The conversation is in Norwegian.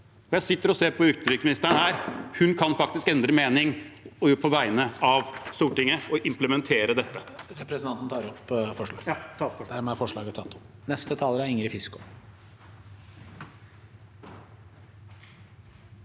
Jeg ser nå på utenriksministeren. Hun kan faktisk endre mening og på vegne av Stortinget implementere dette.